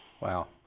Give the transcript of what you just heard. Wow